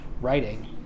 writing